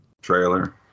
trailer